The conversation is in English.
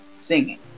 singing